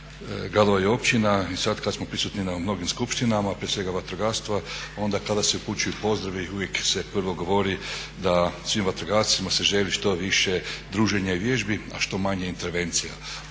gradova i općina i sad kad smo prisutni na mnogim skupštinama, prije svega vatrogastva, onda kada se upućuju pozdravi uvijek se prvo govori da svim vatrogascima se želi što više druženja i vježbi, a što manje intervencija.